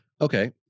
Okay